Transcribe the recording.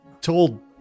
told